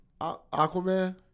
Aquaman